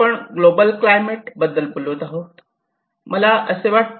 आपण global climate बद्दल बोलत आहोत असे मला वाटते